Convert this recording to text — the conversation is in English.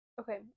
Okay